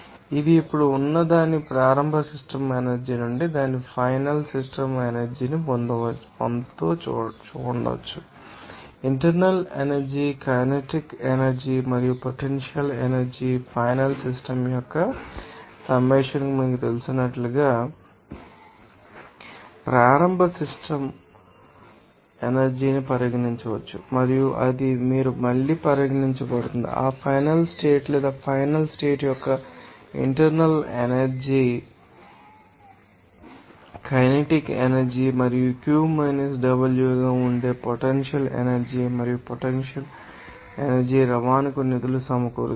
ఇది ఇప్పుడు ఉన్న దాని ప్రారంభ సిస్టమ్ ఎనర్జీ నుండి దాని ఫైనల్ సిస్టమ్ ఎనర్జీ ని పొందుతూ ఉండవచ్చు ఇంటర్నల్ ఎనర్జీ కైనెటిక్ ఎనర్జీ మరియు పొటెన్షియల్ ఎనర్జీ ఫైనల్ సిస్టమ్ యొక్క సమ్మషన్ మీకు తెలిసినట్లుగా ప్రారంభ సిస్టమ్ ఎనర్జీ ని పరిగణించవచ్చు మరియు అది మీరు మళ్ళీ పరిగణించబడుతుంది ఆ ఫైనల్ స్టేట్ లేదా ఫైనల్ స్టేట్ యొక్క ఇంటర్నల్ ఎనర్జీ కైనెటిక్ ఎనర్జీ మరియు Q W గా ఉండే పొటెన్షియల్ ఎనర్జీ మరియు పొటెన్షియల్ ఎనర్జీ రవాణాకు నిధులు సమకూరుస్తుంది